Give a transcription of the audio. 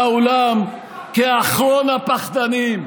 השר כהנא ברח מהאולם כאחרון הפחדנים.